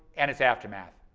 and its aftermath.